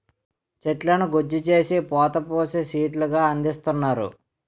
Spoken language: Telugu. చెట్లను గుజ్జు చేసి పోత పోసి సీట్లు గా అందిస్తున్నారు